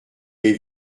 les